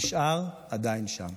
נשאר עדיין שם.